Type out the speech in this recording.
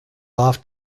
off